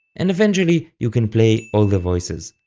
and eventually you can play all the voices.